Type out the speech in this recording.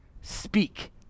speak